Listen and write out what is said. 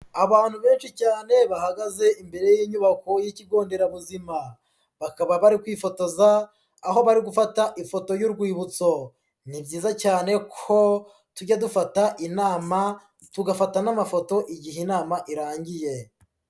Abantu benshi cyane bahagaze imbere y'inyubako y'ikigo nderabuzima, bakaba bari kwifotoza aho bari gufata ifoto y'urwibutso. Ni byiza cyane ko tujya dufata inama, tugafata n'amafoto igihe inama irangiye.